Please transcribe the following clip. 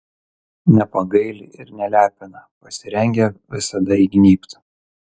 nepagaili ir nelepina pasirengę visada įgnybt